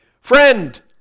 Friend